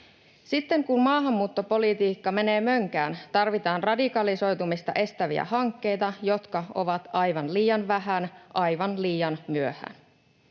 Sitten kun maahanmuuttopolitiikka menee mönkään, tarvitaan radikalisoitumista estäviä hankkeita, jotka ovat aivan liian vähän aivan liian myöhään.